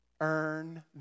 earn